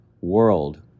world